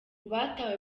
batawe